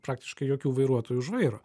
praktiškai jokių vairuotojų už vairo